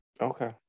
Okay